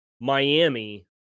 Miami